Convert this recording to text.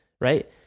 right